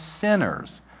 sinners